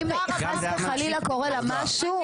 אם חס וחלילה קורה לה משהו,